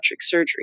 surgery